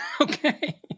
Okay